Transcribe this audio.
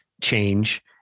change